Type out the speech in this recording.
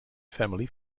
family